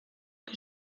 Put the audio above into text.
que